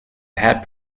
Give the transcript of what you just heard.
hat